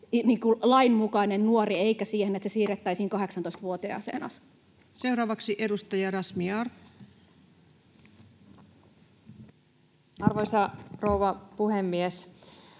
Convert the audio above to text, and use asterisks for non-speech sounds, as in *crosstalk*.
lainmukainen nuori, eikä *noise* siirretä 18 vuoteen? Seuraavaksi edustaja Razmyar. Arvoisa rouva puhemies!